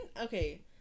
Okay